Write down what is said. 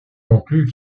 conclut